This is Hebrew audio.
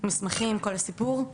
מסמכים וכל הסיפור.